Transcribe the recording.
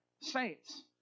saints